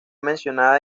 mencionada